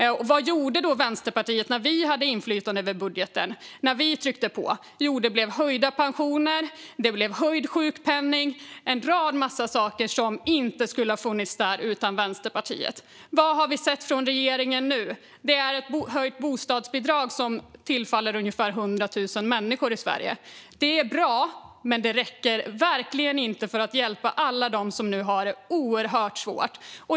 Vad hände när vi i Vänsterpartiet hade inflytande över budgeten och när vi tryckte på? Jo, det blev höjda pensioner, höjd sjukpenning och en massa saker som inte skulle ha funnits där utan Vänsterpartiet. Vad har vi sett från regeringen? Jo, ett höjt bostadsbidrag som tillfaller ungefär 100 000 människor i Sverige. Det är bra, men det räcker verkligen inte för att hjälpa alla som nu har det oerhört svårt.